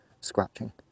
scratching